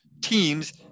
teams